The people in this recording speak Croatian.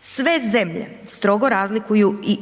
Sve zemlje strogo razlikuju i,